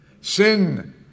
Sin